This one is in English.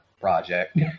Project